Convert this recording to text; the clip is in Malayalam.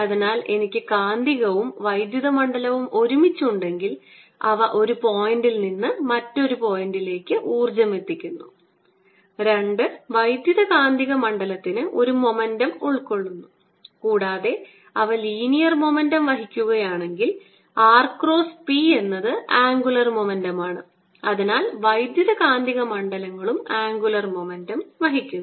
അതിനാൽ എനിക്ക് കാന്തികവും വൈദ്യുത മണ്ഡലവും ഒരുമിച്ച് ഉണ്ടെങ്കിൽ അവ ഒരു പോയിന്റിൽ നിന്ന് മറ്റൊന്നിലേക്ക് ഊർജ്ജം എത്തിക്കുന്നു രണ്ട് വൈദ്യുതകാന്തിക മണ്ഡലത്തിന് ഒരു മൊമെൻ്റം ഉൾക്കൊള്ളുന്നു കൂടാതെ അവ ലീനിയർ മൊമെൻ്റം വഹിക്കുകയാണെങ്കിൽ r ക്രോസ് p എന്നത് ആംഗുലർ മൊമെൻ്റം ആണ് അതിനാൽ വൈദ്യുതകാന്തിക മണ്ഡലങ്ങളും ആംഗുലർ മൊമെൻ്റം വഹിക്കുന്നു